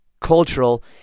cultural